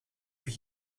wie